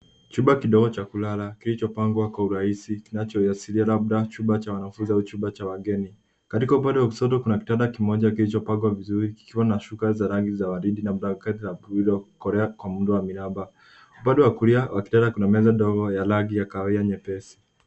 Chumba kidogo cha kulala kilichopangwa kwa urahisi kinachoashiria chumba cha wanafunzi au chumba cha wageni. Katika upande wa kushoto kuna kitanda kimoja kilichopangwa vizuri kikiwa na shuka za rangi za waridi na blanketi buluu iliyokolea kwa muundo wa miraba. Upande wa kulia wa kitanda kuna meza ndogo ya rangi ya kahawia nyepesi.